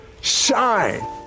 Shine